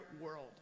world